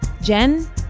Jen